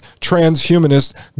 transhumanist